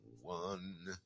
one